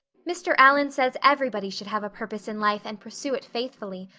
mr. allan says everybody should have a purpose in life and pursue it faithfully.